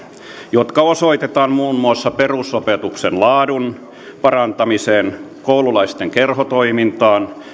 jotka osoitetaan muun muassa perusopetuksen laadun parantamiseen koululaisten kerhotoimintaan